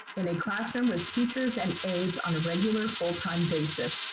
in a classroom with teachers and aides on a regular, full time basis.